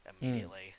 immediately